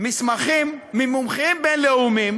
מסמכים ממומחים בין-לאומיים,